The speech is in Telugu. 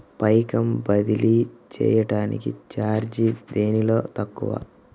పైకం బదిలీ చెయ్యటానికి చార్జీ దేనిలో తక్కువ?